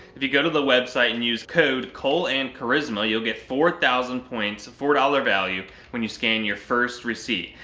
if you go to the website and use code coleandcharisma, you'll get four thousand points, a four dollars value, when you scan your first receipt.